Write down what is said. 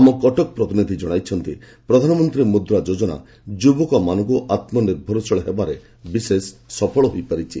ଆମ କଟକ ପ୍ରତିନିଧି ଜଣାଇଛନ୍ତି ପ୍ରଧାନମନ୍ତ୍ରୀ ମୁଦ୍ରା ଯୋଜନା ଯୁବକମାନଙ୍କୁ ଆତ୍ମନିର୍ଭରଶୀଳ ହେବାରେ ବିଶେଷ ସଫଳ ହୋଇଛି